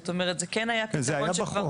זאת אומרת זה כן היה - זה היה בחוק.